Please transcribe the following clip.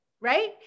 right